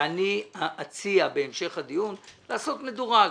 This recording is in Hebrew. - ואני אציע בהמשך הדיון לעשות מדורג,